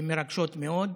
מרגשות מאוד.